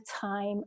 Time